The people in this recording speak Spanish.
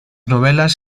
novelas